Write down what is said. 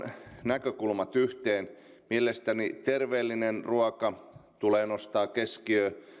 näkökulmat yhteen mielestäni terveellinen ruoka tulee nostaa keskiöön